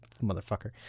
motherfucker